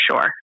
sure